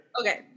Okay